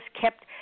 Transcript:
kept